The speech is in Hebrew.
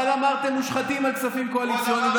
אבל אמרתם "מושחתים" על כספים קואליציוניים,